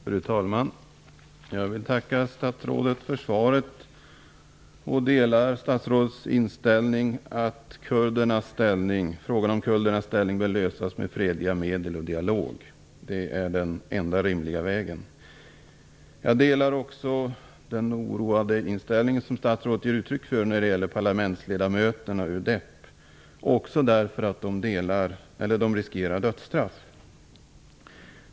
Fru talman! Jag vill tacka statsrådet för svaret. Jag delar statsrådets inställning att frågan om kurdernas ställning bör lösas med fredliga medel och dialog. Det är den enda rimliga vägen. Jag delar också den oro som statsrådet ger uttryck för när det gäller parlamentsledamöterna i DEP, också därför att de riskerar dödsstraff.